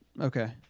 Okay